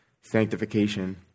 sanctification